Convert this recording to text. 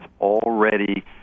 already